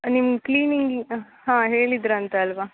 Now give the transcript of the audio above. ನಿಮ್ಮ ಕ್ಲೀನಿಂಗ್ ಹಾಂ ಹೇಳಿದ್ರಂತಲ್ವಾ